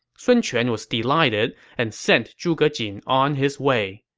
sun quan was delighted and sent zhuge jin on his way.